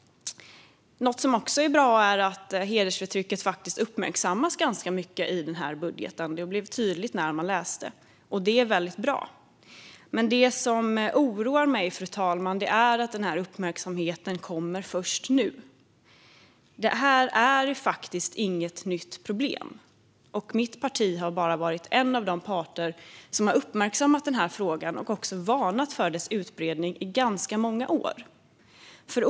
Något som också är bra är att hedersförtrycket faktiskt uppmärksammas ganska mycket i denna budget. Det blir tydligt när man läser den, och det är väldigt bra. Det som dock oroar mig, fru talman, är att denna uppmärksamhet kommer först nu. Detta är faktiskt inget nytt problem. Mitt parti har varit bara en av de parter som har uppmärksammat problemet och också varnat för dess utbredning under ganska många år.